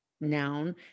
noun